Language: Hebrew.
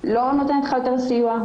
לא נותנת לך יותר סיוע.